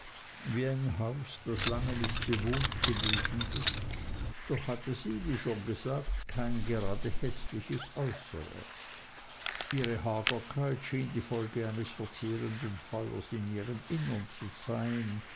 wie ein haus das lange nicht bewohnt gewesen ist doch hatte sie wie schon gesagt kein gerade häßliches äußere ihre hagerkeit schien die folge eines verzehrenden feuers in ihrem innern zu sein